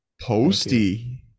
Posty